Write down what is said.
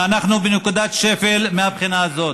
ואנחנו בנקודת שפל מהבחינה הזאת.